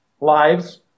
lives